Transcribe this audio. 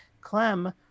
Clem